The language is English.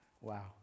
Wow